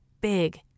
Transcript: big